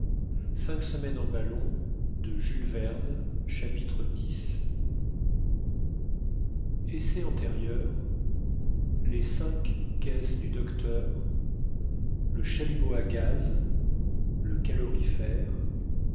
chapitre x essais antérieurs les cinq caisses du docteur le chalumeau à gaz le calorifère